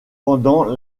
pendant